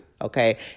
Okay